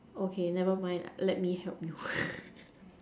okay never mind let me help you